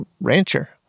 rancher